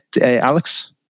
Alex